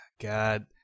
God